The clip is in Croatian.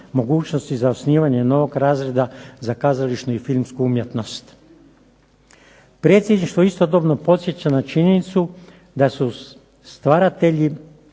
mogućnosti za osnivanje novog razreda za kazališnu i filmsku umjetnost. Predsjedništvo istodobno podsjeća na činjenicu da su stvaratelji